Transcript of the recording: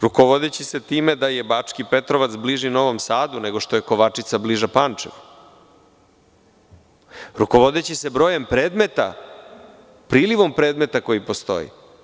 Rukovodeći se time da je Bački Petrovac bliži Novom Sadu, nego što je Kovačica bliža Pančevu, rukovodeći se brojem predmeta, prilivom predmeta koji postoji.